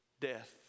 Death